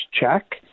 check